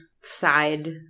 side